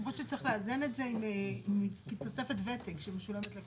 צריך לאזן את זה עם תוספת ותק שמשולמת.